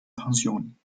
pension